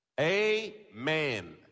Amen